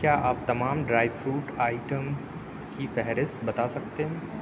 کیا آپ تمام ڈرائی فروٹ آئیٹم کی فہرست بتا سکتے ہیں